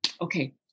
Okay